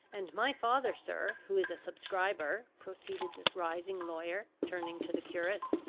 and my father, sir, who is a subscriber, proceeded this rising lawyer, turning to the curate,